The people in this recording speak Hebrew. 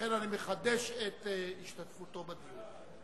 לכן אני מחדש את השתתפותו בדיון.